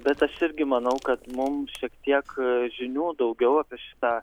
bet aš irgi manau kad mum šiek tiek žinių daugiau apie šitą